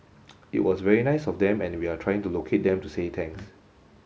it was very nice of them and we are trying to locate them to say thanks